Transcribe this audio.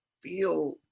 feel